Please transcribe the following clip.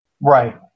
Right